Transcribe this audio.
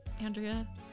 Andrea